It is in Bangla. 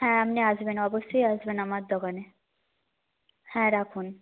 হ্যাঁ আপনি আসবেন অবশ্যই আসবেন আমার দোকানে হ্যাঁ রাখুন